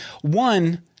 One –